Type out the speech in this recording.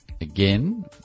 Again